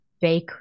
fake